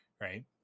right